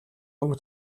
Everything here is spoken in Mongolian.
өнгө